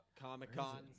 Comic-Con